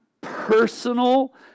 personal